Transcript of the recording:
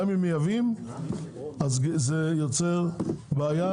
גם אם מייבאים זה יוצר בעיה.